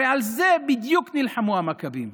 הרי על זה בדיוק נלחמו המכבים,